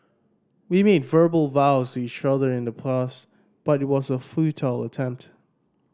we made verbal vows to each other in the past but it was a futile attempt